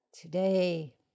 today